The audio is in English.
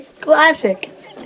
Classic